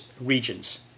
regions